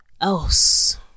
else